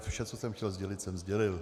Vše, co jsem chtěl sdělit, jsem sdělil.